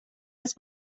است